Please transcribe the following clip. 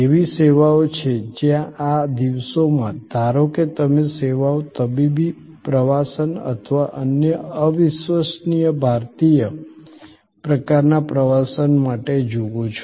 એવી સેવાઓ છે જ્યાં આ દિવસોમાં ધારો કે તમે સેવાઓ તબીબી પ્રવાસન અથવા અન્ય અવિશ્વસનીય ભારતીય પ્રકારના પ્રવાસન માટે જુઓ છો